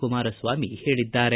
ಕುಮಾರಸ್ವಾಮಿ ಹೇಳಿದ್ದಾರೆ